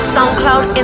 SoundCloud